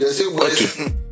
Okay